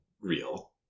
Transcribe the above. real